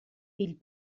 pil